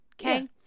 Okay